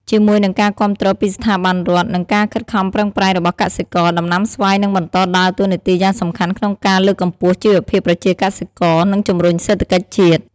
ជាមួយនឹងការគាំទ្រពីស្ថាប័នរដ្ឋ និងការខិតខំប្រឹងប្រែងរបស់កសិករ ដំណាំស្វាយនឹងបន្តដើរតួនាទីយ៉ាងសំខាន់ក្នុងការលើកកម្ពស់ជីវភាពប្រជាកសិករ និងជំរុញសេដ្ឋកិច្ចជាតិ។